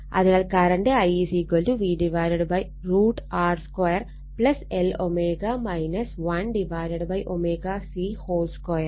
അതിനാൽ current I V √R 2 Lω 1 ω C 2